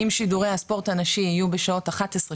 אם שידורי הספורט הנשי יהיו בשעות 11,